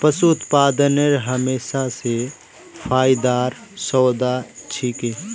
पशू उत्पादन हमेशा स फायदार सौदा छिके